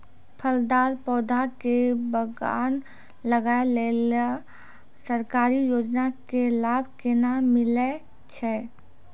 फलदार पौधा के बगान लगाय लेली सरकारी योजना के लाभ केना मिलै छै?